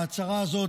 ההצהרה הזאת,